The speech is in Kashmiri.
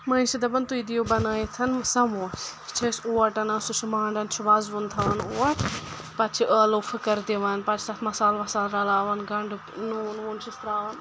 مٔنٛزۍ چھِ دَپَان تُہۍ دِیِو بَنٲیِتھ سَموس چھِ أسۍ اوٹَ اَنان سُہ چھُ مانڈَن چھُ وَزوُن تھاوان اوٚٹ پَتہٕ چھِ ٲلوٕ فٕکَر دِوان پَتہٕ چھِ تَتھ مسالہٕ وَسالہٕ رَلاوان گَنٛڈٕ نوٗن ووٗن چھِس ترٛاوان